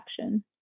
action